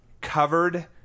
covered